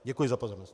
Děkuji za pozornost.